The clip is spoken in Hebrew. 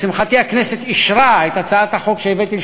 לשמחתי הכנסת אישרה את הצעת החוק שהבאתי,